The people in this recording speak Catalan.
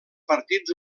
partits